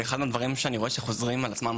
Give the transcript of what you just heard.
ואחד הדברים שאני רואה שחוזרים על עצמם